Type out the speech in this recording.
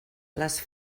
les